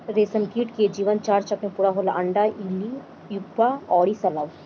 रेशमकीट के जीवन चार चक्र में पूरा होला अंडा, इल्ली, प्यूपा अउरी शलभ